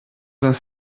vingt